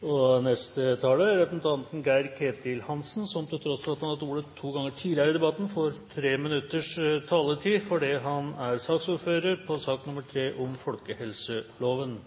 bur. Neste taler er representanten Geir-Ketil Hansen, som til tross for at han har hatt ordet to ganger tidligere i debatten, får 3 minutters taletid, fordi han er ordfører for sak nr. 3, om folkehelseloven.